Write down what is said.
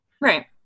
Right